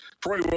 Troy